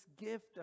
gift